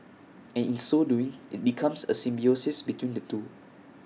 and in so doing IT becomes A symbiosis between the two